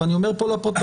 ואני אומר פה לפרוטוקול,